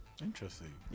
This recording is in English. Interesting